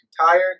tired